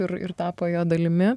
ir ir tapo jo dalimi